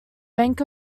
bank